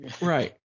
Right